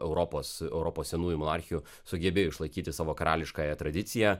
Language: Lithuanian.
europos europos senųjų monarchijų sugebėjo išlaikyti savo karališkąją tradiciją